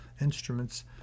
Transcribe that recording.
instruments